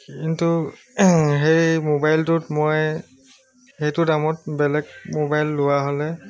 কিন্তু সেই মোবাইলটোত মই সেইটো দামত বেলেগ মোবাইল লোৱা হ'লে